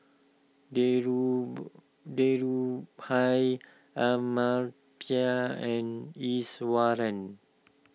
Dhirubhai Amartya and Iswaran